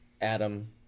Adam